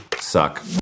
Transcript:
Suck